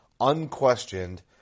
unquestioned